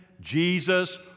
Jesus